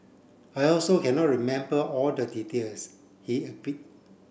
I also cannot remember all the details he